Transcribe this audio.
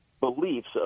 beliefs